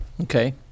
Okay